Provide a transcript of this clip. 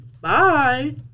Bye